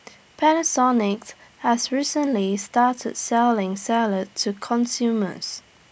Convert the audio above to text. Panasonic has recently started selling salad to consumers